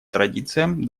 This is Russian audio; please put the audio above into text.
традициям